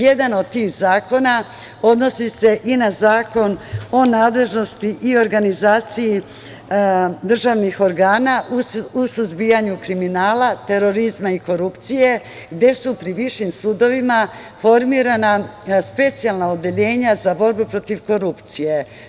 Jedan od tih zakona odnosi se i na Zakon o nadležnosti i organizaciji državnih organa u suzbijanju kriminala, terorizma i korupcije, gde su pri višim sudovima formirana specijalna odeljenja za borbu protiv korupcije.